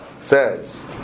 says